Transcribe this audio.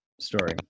story